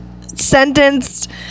sentenced